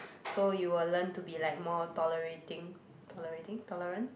so you will learn to be like more tolerating tolerating tolerant